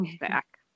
back